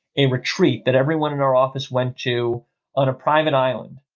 a retreat that everyone in our office went to on a private island